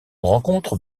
rencontre